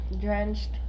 drenched